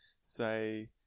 say